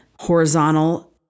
horizontal